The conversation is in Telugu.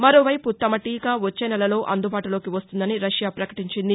మరోవైపు తమ టీకా వచ్చేనెలలో అందుబాటులోకి వస్తుందని రష్యా ప్రకటించింది